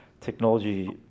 technology